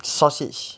sausage